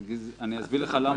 אני אסביר לך למה.